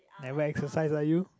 never exercise ah you